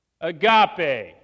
Agape